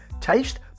taste